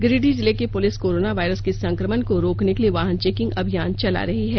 गिरिडीह जिले की police corona virus के संक्रमण को रोकने के लिए वाहन चेकिंग अभियान चला रही है